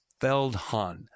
Feldhahn